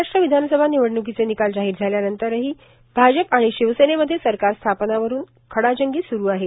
महाराष्ट्र विधानसभा निवडणुकीचे निकाल जाहीर झाल्यानंतर ही भाजप आणि शिवसेनेमध्ये सरकार स्थापना वरून खडाजंगी चालू आहे